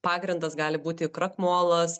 pagrindas gali būti krakmolas